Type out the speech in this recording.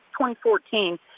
2014